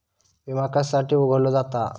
विमा कशासाठी उघडलो जाता?